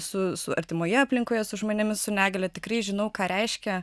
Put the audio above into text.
su su artimoje aplinkoje su žmonėmis su negalia tikrai žinau ką reiškia